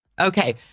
Okay